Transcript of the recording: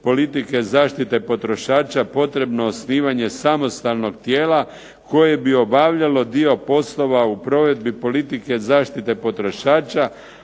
politike zaštite potrošača potrebno osnivanje samostalnog tijela koje bi obavljalo dio poslova u provedbi politike zaštite potrošača,